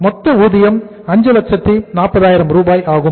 மொத்த ஊதியம் 540000 ரூபாய் ஆகும்